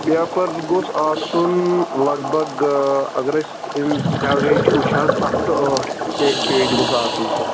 paper گوٚژھ آسُن لَگ بَگ آ اگر أسۍ ایوریج چھِِ وُچھان سَتھ ٹُو ٲٹھ پے پیج گوٚژھ آسُن سُہ